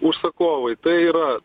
užsakovai tai yra